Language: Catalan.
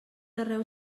arreu